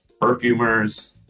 perfumers